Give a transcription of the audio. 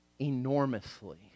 enormously